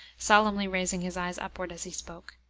solemnly raising his eyes upward as he spoke.